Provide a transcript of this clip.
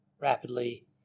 rapidly